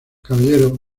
caballero